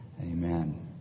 Amen